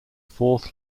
fourth